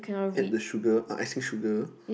add the sugar uh icing sugar